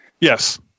Yes